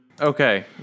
Okay